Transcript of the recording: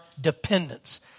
dependence